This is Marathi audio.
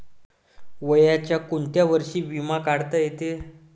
वयाच्या कोंत्या वर्षी बिमा काढता येते?